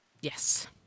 Yes